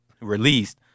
released